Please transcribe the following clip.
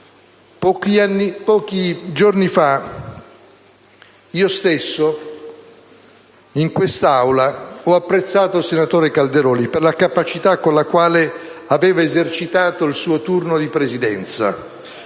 Pochi giorni fa, io stesso in quest'Aula ho apprezzato il senatore Calderoli per la capacità con la quale aveva esercitato il suo turno di Presidenza.